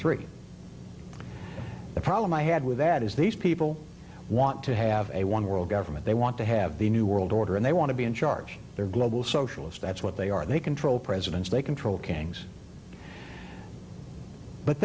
three the problem i had with that is these people want to have a one world government they want to have the new world order and they want to be in charge their global socialist that's what they are they control presidents they control kings but